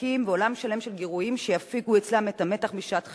משחקים ועולם שלם של גירויים שיפיגו אצלם את המתח בשעת חירום.